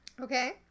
okay